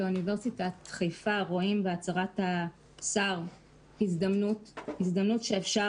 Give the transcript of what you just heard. כאוניברסיטת חיפה רואים בהצהרת השר הזדמנות שאפשר